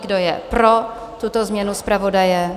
Kdo je pro tuto změnu zpravodaje?